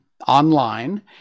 Online